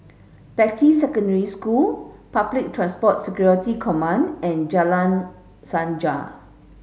Beatty Secondary School Public Transport Security Command and Jalan Sajak